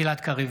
גלעד קריב,